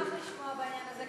אני אשמח לשמוע בעניין הזה,